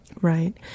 Right